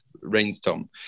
rainstorm